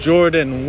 Jordan